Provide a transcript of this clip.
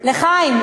לחיים.